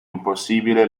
impossibile